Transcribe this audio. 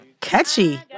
Catchy